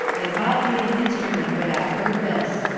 and bought me an instrument for that purpose.